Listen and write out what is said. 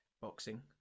boxing